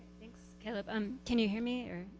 thanks caleb. um can you here me or,